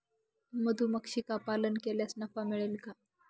मधुमक्षिका पालन केल्यास नफा मिळेल का?